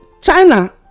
china